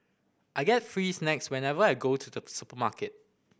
I get free snacks whenever I go to the supermarket